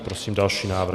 Prosím další návrh.